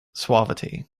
suavity